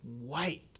white